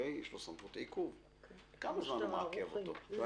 יש לו סמכות עיכוב, כמה זמן הוא מעכב אותו?